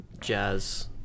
jazz